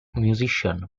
musician